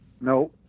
no